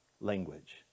language